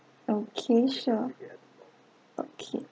okay sure okay